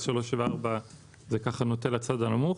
ולכן 3 ו-4 נוטים לצד הנמוך.